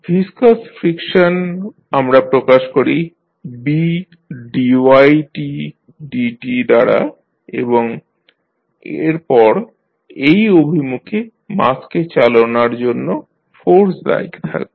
viscous friction আমরা প্রকাশ করি দ্বারা এবং এরপর এই অভিমুখে মাসকে চালনার জন্য ফোর্স দায়ী থাকবে